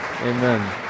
Amen